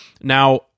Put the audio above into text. now